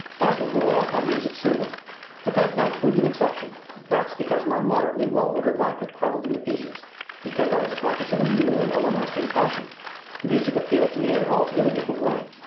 as a rule i find music soothing but that night proved an exception perhaps because my moderately well-ordered life had crumbled into pieces because i was conscious of a new and overmastering passion the music appealed to me in an altogether different way.